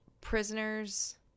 prisoners